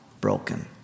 broken